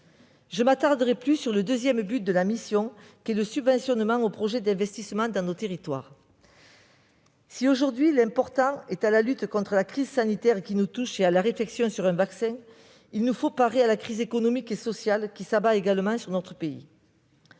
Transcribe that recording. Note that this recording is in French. Je m'attarderai plus sur le deuxième but de la mission qu'est le subventionnement aux projets d'investissement dans nos territoires. Si, aujourd'hui, l'essentiel est la lutte contre la crise sanitaire qui nous touche et la réflexion sur un vaccin, il nous faut parer à la crise économique et sociale qui s'abat également sur notre pays.